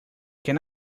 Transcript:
can